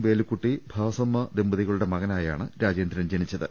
വേലു ക്കൂട്ടി ഭാസമ്മ ദമ്പതികളുടെ മകനായാണ് രാജേന്ദ്രൻ ജനിച്ചത്